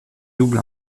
double